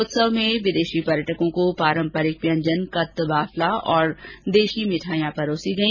उत्सव के तहत विदेशी पर्यटकों को पारम्परिक व्यंजन कत्त बाफला और देशी मिठाइयां परोसी गई